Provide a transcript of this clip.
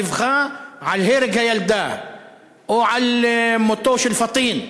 דיווחה על הרג הילדה או על מותו של פטין?